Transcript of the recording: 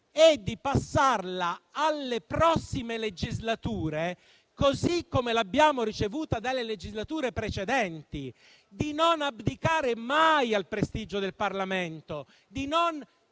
e di passarla alle prossime legislature così come l'abbiamo ricevuta da quelle precedenti, di non abdicare mai al prestigio del Parlamento, di non